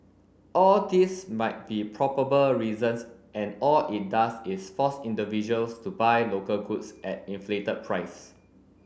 all these might be probable reasons and all it does is force individuals to buy local goods at inflated price